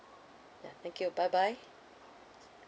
ya thank you bye bye